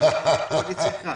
הוועדה הוסיפה.